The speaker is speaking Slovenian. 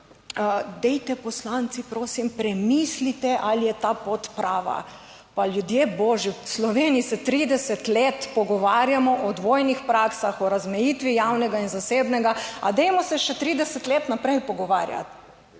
dajte poslanci prosim premislite ali je ta pot prava. Pa ljudje božji, v Sloveniji se 30 let pogovarjamo o dvojnih praksah, o razmejitvi javnega in zasebnega, a dajmo se še 30 let naprej pogovarjati.